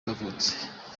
yavutse